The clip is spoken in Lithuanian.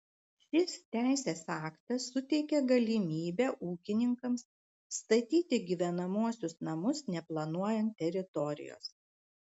šis teisės aktas suteikia galimybę ūkininkams statyti gyvenamuosius namus neplanuojant teritorijos